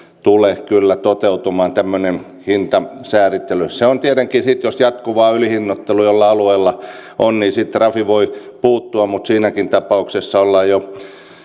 tule kyllä toteutumaan tämmöinen hintasääntely tietenkin sitten jos jatkuvaa ylihinnoittelua jollain alueella on trafi voi puuttua mutta siinäkin tapauksessa ollaan jo